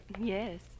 Yes